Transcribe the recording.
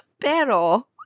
Pero